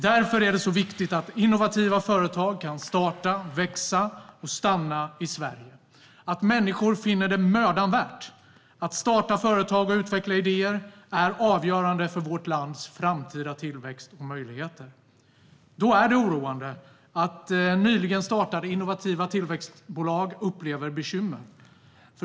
Därför är det så viktigt att innovativa företag kan starta, växa och stanna i Sverige och att människor finner det mödan värt. Att starta företag och utveckla idéer är avgörande för vårt lands framtida tillväxt och möjligheter. Då är det oroande att nyligen startade innovativa tillväxtbolag upplever bekymmer.